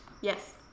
Yes